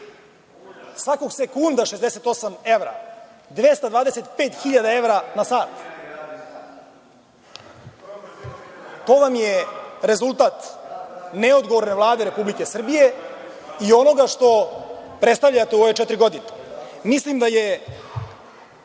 Svakog sekunda 68 evra, 225 hiljada evra na sat, to vam je rezultat neodgovorne Vlade Republike Srbije i onoga što predstavljate u ove četiri godine. Mislim da je